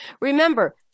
Remember